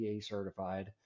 certified